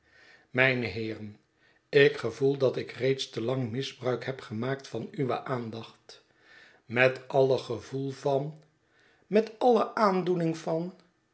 mijne heeren ik gevoel dat ik reeds te lang misbruik heb gemaakt van uwe aandacht met alle gevoel van met alle aandoening van